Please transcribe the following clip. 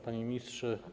Panie Ministrze!